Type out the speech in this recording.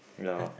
ya